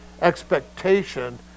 expectation